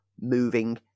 moving